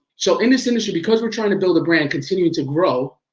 so in this industry because we're trying to build a brand, continue to grow,